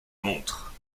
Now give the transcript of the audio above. montre